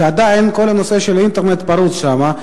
שעדיין כל נושא האינטרנט פרוץ שם,